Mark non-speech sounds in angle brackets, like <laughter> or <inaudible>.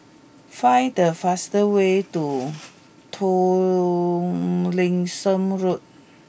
find the fast way to <noise> Tomlinson Road